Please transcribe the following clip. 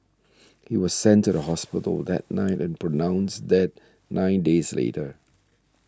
he was sent to the hospital that night and pronounced dead nine days later